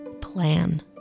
plan